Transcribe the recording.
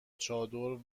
چادر